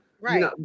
Right